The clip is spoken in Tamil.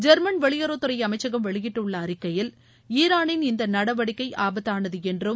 ஜெர்மன் வெளியுறவுத்துறை அமைச்சகம் வெளியிட்டுள்ள அறிக்கையில் ஈரானின் இந்த நடவடிக்கை ஆபத்தானது என்றும்